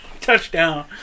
touchdown